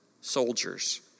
soldiers